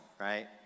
right